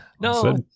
No